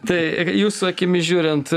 tai jūsų akimis žiūrint